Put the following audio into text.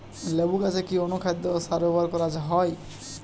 লেবু গাছে কি অনুখাদ্য ও সার ব্যবহার করা হয়?